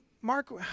Mark